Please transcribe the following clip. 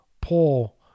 Paul